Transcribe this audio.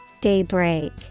Daybreak